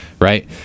Right